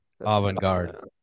Avant-garde